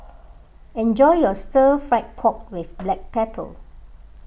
enjoy your Stir Fried Pork with Black Pepper